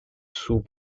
sous